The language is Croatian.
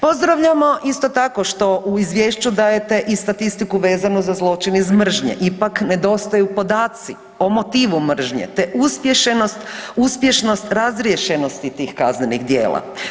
Pozdravljamo isto tako što u izvješću dajete i statistiku vezno za zločin iz mržnje ipak ne dostaju podaci o motivu mržnje te uspješnost razriješenosti tih kaznenih djela.